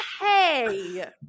Hey